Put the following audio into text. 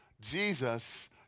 Jesus